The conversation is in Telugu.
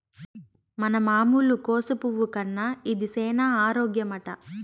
మన మామూలు కోసు పువ్వు కన్నా ఇది సేన ఆరోగ్యమట